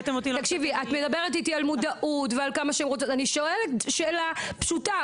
את מדברת איתי על מודעות ואני שואלת שאלה פשוטה.